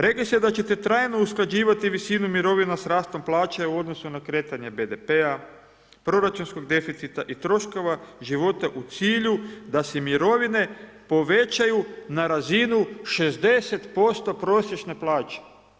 Rekli ste da ćete trajno usklađivati visinu mirovina sa rastom plaća i u odnosu na kretanje BDP-a, proračunskog deficita i troškova života u cilju da se mirovine povećaju na razinu 60% prosječne plaće.